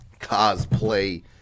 cosplay